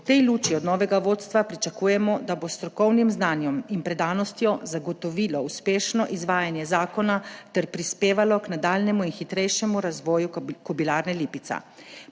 V tej luči od novega vodstva pričakujemo, da bo s strokovnim znanjem in predanostjo zagotovilo uspešno izvajanje zakona ter prispevalo k nadaljnjemu in hitrejšemu razvoju Kobilarne Lipica.